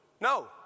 No